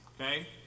okay